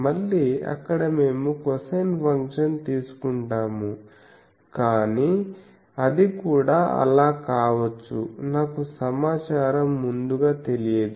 మళ్ళీ అక్కడ మేము కొసైన్ ఫంక్షన్ తీసుకుంటాము కానీ అది కూడా అలా కావచ్చు నాకు సమాచారం ముందుగా తెలియదు